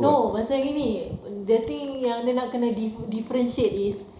no macam gini the thing yang dia nak kena diff~ differentiate is